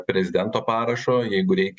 prezidento parašo jeigu reikia